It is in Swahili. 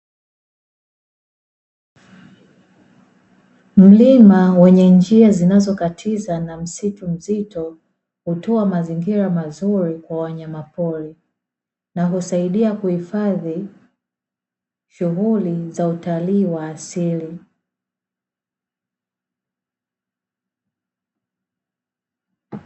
Mlima wenye njia zinazokatiza na msitu mzito, hutoa mazingira mazuri kwa wanyamapori. Na husaidia kuhifadhi shughuli za utalii wa asili.